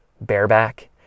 bareback